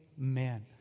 Amen